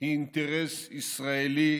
היא אינטרס ישראלי,